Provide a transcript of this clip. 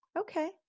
Okay